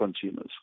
consumers